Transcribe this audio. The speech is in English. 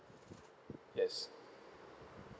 yes